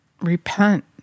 Repent